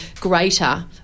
greater